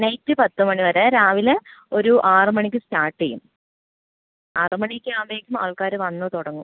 night പത്ത് മണിവരെ രാവിലെ ഒരു ആറ് മണിക്ക് സ്റ്റാർട്ട് ചെയ്യും ആറ് മണിയൊക്കെ ആവുമ്പഴേക്കും ആൾക്കാർ വന്ന് തുടങ്ങും